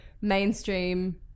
mainstream